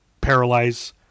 paralyze